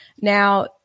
Now